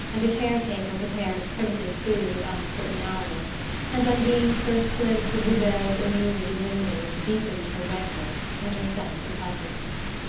and a care-taker prepared primitive food at uncertain hours and undine's first glimpse of hubert's illuminated windows deepened her rancour and her sense of helplessness.